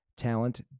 talent